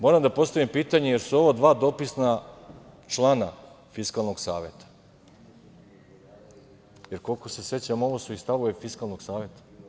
Moram da postavim pitanje jer su ovo dva dopisna člana Fiskalnog saveta jer, koliko se sećam, ovo su i stavovi Fiskalnog saveta.